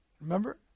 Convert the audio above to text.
Remember